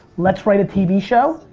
let's write a tv show,